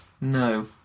No